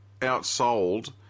outsold